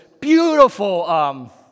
beautiful